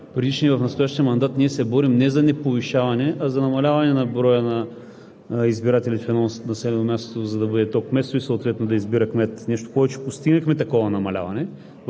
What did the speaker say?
и в настоящия мандат ние се борим не за повишаване, а за намаляване на броя на избирателите в едно населено място, за да бъде то кметство и съответно да избира кмет. Нещо повече, постигнахме такова намаляване